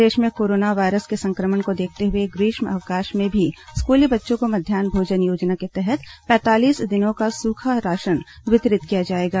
प्रदेश में corona virus के संक्रमण को देखते हुए ग्रीष्म अवकाश में भी स्कूली बच्चों को मध्यान्ह भोजन योजना के तहत पैंतालीस दिनों का सूखा राशन वितरित किया जाएगा